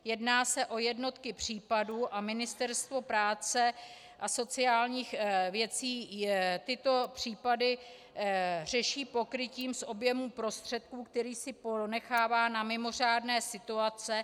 Jedná se o jednotky případů a Ministerstvo práce a sociálních věcí tyto případy řeší pokrytím z objemu prostředků, který si ponechává na mimořádné situace.